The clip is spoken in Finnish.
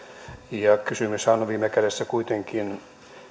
ja kysymyshän on on viime kädessä kuitenkin